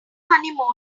honeymoon